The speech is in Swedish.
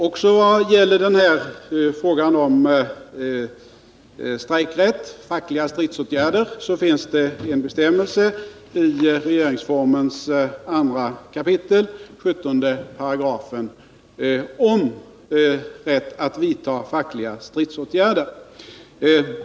Också när det gäller frågan om fackliga stridsåtgärder såsom strejkrätten finns det en bestämmelse i regeringsformens 2 kap. 17 § om rätt att vidta fackliga stridsåtgärder.